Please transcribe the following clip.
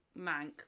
Mank